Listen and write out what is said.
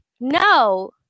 No